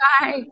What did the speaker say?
Bye